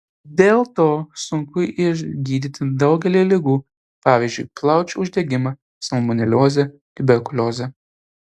dėl to sunku išgydyti daugelį ligų pavyzdžiui plaučių uždegimą salmoneliozę tuberkuliozę